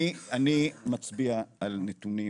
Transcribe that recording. אני מצביע על נתונים